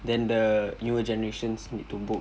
then the newer generations need to book